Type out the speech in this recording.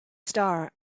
star